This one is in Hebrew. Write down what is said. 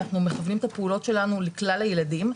אנחנו מכוונים את הפעולות שלנו לכלל הילדים.